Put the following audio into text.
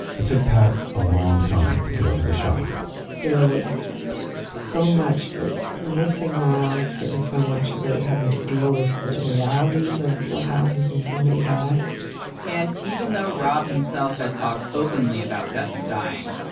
it took pat a long time to get over the shock there was so much but missing rob. there is so much about having to deal with the realities of what happens when somebody dies and even though rob himself had talked openly about death and dying,